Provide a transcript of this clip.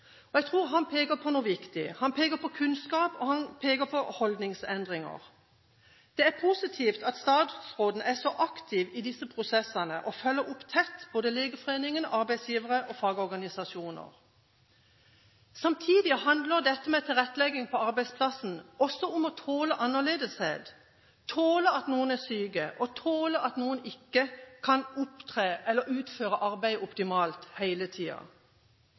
Jeg tror han peker på noe viktig. Han peker på kunnskap, og han peker på holdningsendringer. Det er positivt at statsråden er så aktiv i disse prosessene og følger opp tett både Legeforeningen, arbeidsgivere og fagorganisasjoner. Samtidig som at dette handler om tilrettelegging på arbeidsplassen, handler det også om å tåle annerledeshet, tåle at noen er syke, og tåle at noen ikke kan opptre, utføre arbeid, optimalt hele tida.